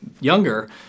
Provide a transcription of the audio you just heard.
Younger